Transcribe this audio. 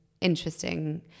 interesting